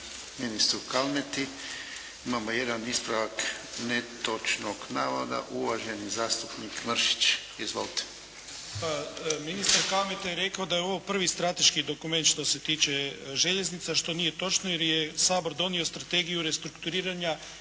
ministru Kalmeti. Imamo jedan ispravak netočnog navoda, uvaženi zastupnik Mršić. Izvolite. **Mršić, Zvonimir (SDP)** Ministar Kalmeta je rekao da je ovo prvi strateški dokument što se tiče željeznica što nije točno jer je Sabor donio strategiju restrukturiranja